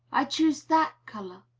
i choose that color.